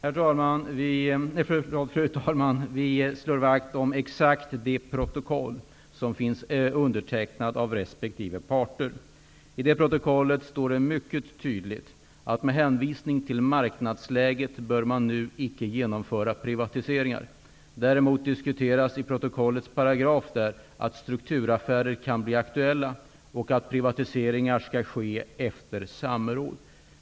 Fru talman! Vi slår vakt om exakt det protokoll som undertecknats av resp. parter. I det protokollet står det mycket tydligt att med hänvisning till marknadsläget bör man nu icke genomföra privatiseringar. Däremot diskuteras i protokollets paragraf att strukturaffärer kan bli aktuella och att privatiseringar skall ske efter samråd.